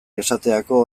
esaterako